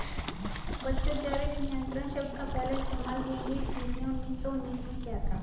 बच्चों जैविक नियंत्रण शब्द का पहला इस्तेमाल हेनरी स्मिथ ने उन्नीस सौ उन्नीस में किया था